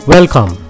Welcome